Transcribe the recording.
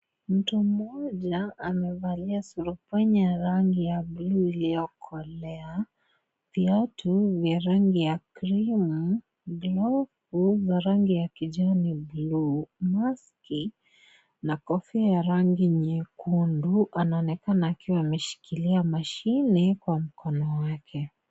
Mtu mmoja amevalia surupwenye ya rangi ya buluu iliyokolea, viatu vya rangi ya krimu, glovu za rangi ya kijani buluu, maski na kofia ya rangi nyekundu. Anaonekana akiwa ameshikilia mashini kwa mkono wake.